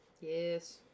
yes